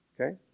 Okay